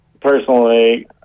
personally